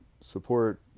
support